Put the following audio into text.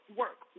work